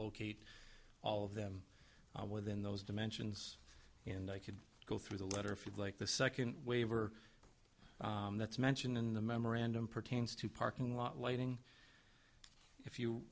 locate all of them within those dimensions and i could go through the letter from like the second waiver that's mentioned in the memorandum pertains to parking lot lighting if you